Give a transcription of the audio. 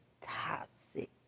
toxic